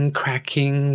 cracking